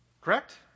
Correct